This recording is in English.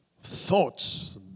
thoughts